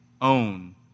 own